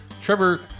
Trevor